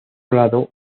lado